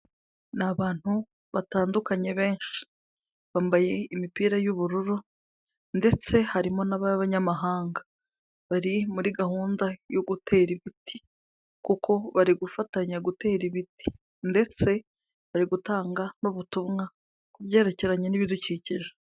Ni abantu batandukanye benshi, bambaye imipira y'ubururu, ndetse harimo n'ab'abanyamahanga bari muri gahunda yo gutera ibiti, kuko bari gufatanya gutera ibiti, ndetse bari gutanga n'ubutumwa ku byerekeranye n'ibidukikije.